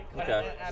Okay